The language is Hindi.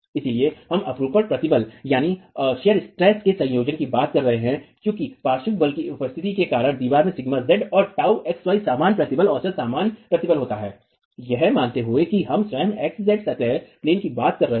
इसलिए हम अपरूपण प्रतिबल के संयोजन की बात कर रहे हैं क्योंकि पार्श्व बल की उपस्थिति के कारण दीवार में σz और τxz सामान्य प्रतिबल औसत सामान्य प्रतिबल होता है यह मानते हुए कि हम स्वयं xz सतह की बात कर रहे हैं